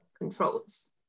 controls